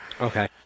Okay